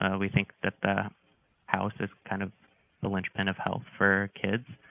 ah we think that the house is kind of the linchpin of health for kids,